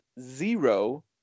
zero